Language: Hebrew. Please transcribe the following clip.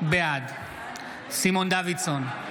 בעד סימון דוידסון,